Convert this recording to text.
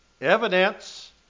evidence